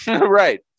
Right